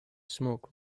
smoke